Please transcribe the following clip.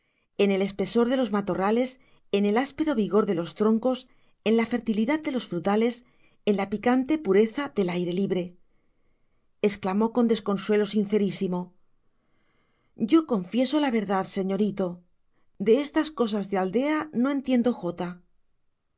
en el espesor de los matorrales en el áspero vigor de los troncos en la fertilidad de los frutales en la picante pureza del aire libre exclamó con desconsuelo sincerísimo yo confieso la verdad señorito de estas cosas de aldea no entiendo